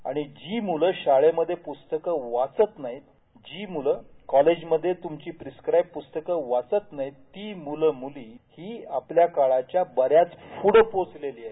आणि जी मुलं शाळेमध्ये प्रस्तक वाचत नाहीत जी मूलं कॉलेजमध्ये तूमची प्रिसाईड्स पूस्तकं वाचत नाहीत हि मूलं मुली आपल्या काळाच्या बरेचं पुढ पोहचलेली आहे